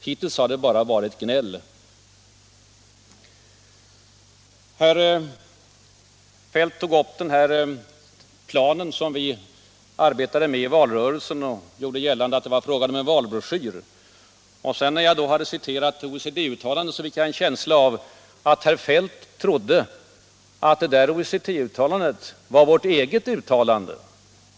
Hittills har det bara varit gnäll. Herr Feldt tog upp den plan som vi arbetade med i valrörelsen och gjorde gällande att det var fråga om en valbroschyr. När jag sedan hade citerat OECD-uttalandet fick jag en känsla av att herr Feldt trodde att det var vårt eget uttalande.